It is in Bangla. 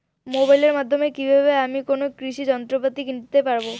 মোবাইলের মাধ্যমে কীভাবে আমি কোনো কৃষি যন্ত্রপাতি কিনতে পারবো?